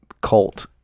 cult